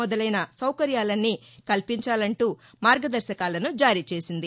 మొదలైన సౌకర్యాలన్నీ కల్పించాలంటూ మార్గదర్శకాలను జారీచేసింది